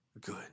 good